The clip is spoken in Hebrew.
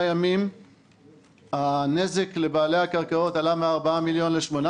ימים הנזק לבעלי הקרקעות עלה מארבעה מיליארד לשמונה